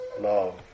love